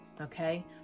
okay